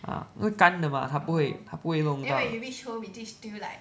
ah 是干的 mah 它不会不会弄到